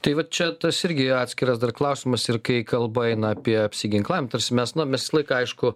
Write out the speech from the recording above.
tai va čia tas irgi atskiras dar klausimas ir kai kalba eina apie apsiginklavim tarsi mes na mes visą laiką aišku